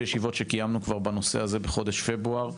ישיבות שקיימנו בנושא בחודש פברואר.